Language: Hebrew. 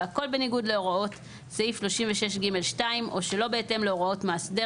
והכול בניגוד להוראות סעיף 36(ג)(2) או שלא בהתאם להוראות מאסדר